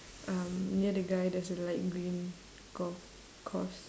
um near the guy there's a light green golf course